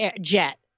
jet